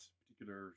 particular